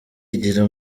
yigira